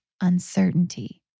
uncertainty